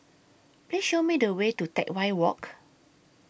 Please Show Me The Way to Teck Whye Walk